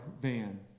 van